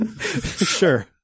Sure